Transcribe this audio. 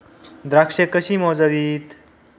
द्राक्षे कशी मोजावीत?